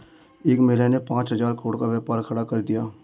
एक महिला ने पांच हजार करोड़ का व्यापार खड़ा कर दिया